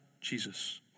Jesus